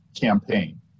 campaign